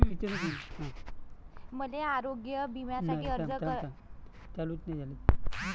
मले आरोग्य बिम्यासाठी अर्ज करता येईन का?